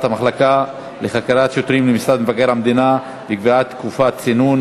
המחלקה לחקירות שוטרים למשרד מבקר המדינה וקביעת תקופת צינון),